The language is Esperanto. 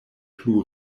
plu